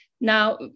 Now